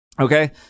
okay